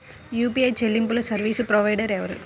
UPI చెల్లింపు service provider ఎవరు?